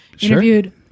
interviewed